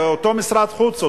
אותו משרד חוץ,